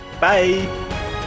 Bye